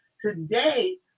Today